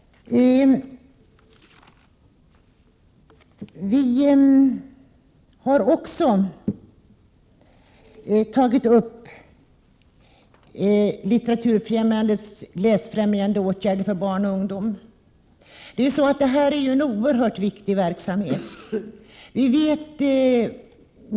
Vi har också tagit upp Litteraturfrämjandets läsfrämjande åtgärder för barn och ungdom. Det är en oerhört viktig verksamhet.